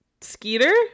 Skeeter